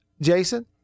Jason